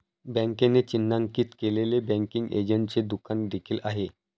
बँकेने चिन्हांकित केलेले बँकिंग एजंटचे दुकान देखील आहे